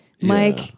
Mike